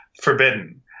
forbidden